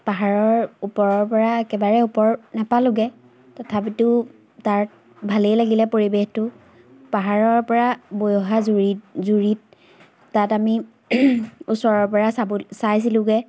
পাহাৰৰ ওপৰৰপৰা একেবাৰে ওপৰ নাপালোঁগৈ তথাপিতো তাত ভালেই লাগিলে পৰিৱেশটো পাহাৰৰপৰা বৈ অহা জুৰিত জুৰিত তাত আমি ওচৰৰপৰা চাব চাইছিলোঁগৈ